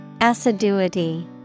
Assiduity